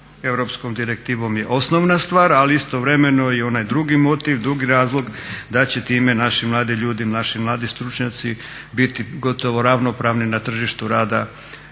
europskom direktivom je osnovna stvar, ali istovremeno i onaj drugi motiv, drugi razlog da će time naši mladi ljudi, naši mladi stručnjaci biti gotovo ravnopravni na tržištu rada